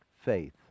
Faith